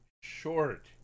short